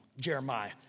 Jeremiah